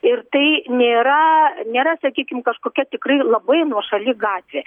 ir tai nėra nėra sakykim kažkokia tikrai labai nuošali gatvė